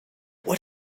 what